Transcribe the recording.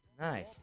Nice